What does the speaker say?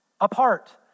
apart